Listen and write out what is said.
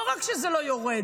לא רק שזה לא יורד,